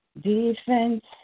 defense